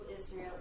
Israel